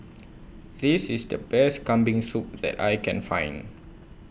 This IS The Best Kambing Soup that I Can Find